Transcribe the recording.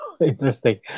Interesting